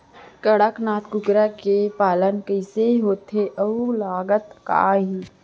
कड़कनाथ कुकरा के पालन कइसे होथे अऊ लागत का आही?